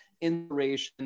inspiration